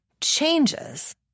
changes